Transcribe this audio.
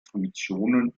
funktionen